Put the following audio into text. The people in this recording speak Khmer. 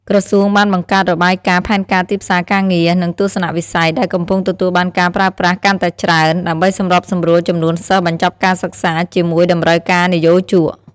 ក្រសួងបានបង្កើតរបាយការណ៍ផែនការទីផ្សារការងារ និងទស្សនវិស័យ ដែលកំពុងទទួលបានការប្រើប្រាស់កាន់តែច្រើន ដើម្បីសម្របសម្រួលចំនួនសិស្សបញ្ចប់ការសិក្សាជាមួយតម្រូវការនិយោជក។